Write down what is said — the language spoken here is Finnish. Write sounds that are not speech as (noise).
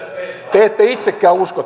te ette itsekään usko (unintelligible)